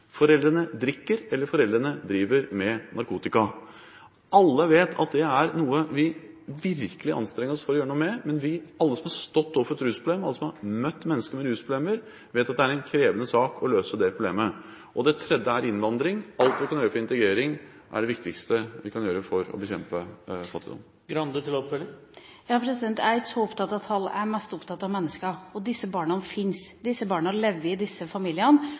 Foreldrene drikker, eller foreldrene driver med narkotika. Alle vet at det er noe vi virkelig anstrenger oss for å gjøre noe med. Men alle som har stått overfor et rusproblem, alle som har møtt mennesker med rusproblemer, vet at det er en krevende sak å løse det problemet. Det tredje er innvandring. Alt vi kan gjøre for integrering, er det viktigste vi kan gjøre for å bekjempe fattigdom. Jeg er ikke så opptatt av tall, jeg er mest opptatt av mennesker. Disse barna fins, disse barna lever i disse familiene,